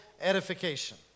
edification